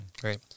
Great